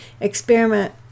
experiment